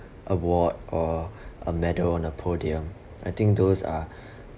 award or a medal on a podium I think those are